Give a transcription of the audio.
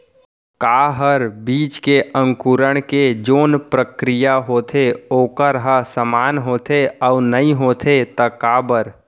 का हर बीज के अंकुरण के जोन प्रक्रिया होथे वोकर ह समान होथे, अऊ नहीं होथे ता काबर?